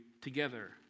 together